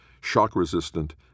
shock-resistant